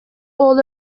all